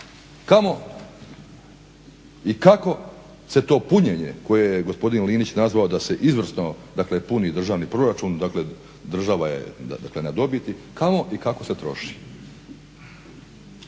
kamo i kako se to punjenje koje je gospodin Linić nazvao da se izvrsno dakle puni državni proračun, dakle država je na dobiti, kamo i kako se troši.